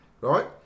right